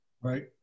Right